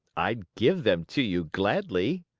i'd give them to you gladly,